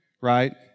right